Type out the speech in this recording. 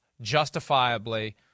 justifiably